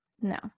no